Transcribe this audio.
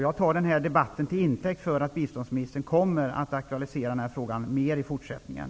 Jag tar den här debatten till intäkt för att biståndsministern kommer att aktualisera den här frågan mer i fortsättningen.